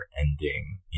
ending